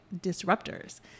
Disruptors